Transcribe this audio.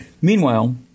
Meanwhile